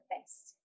best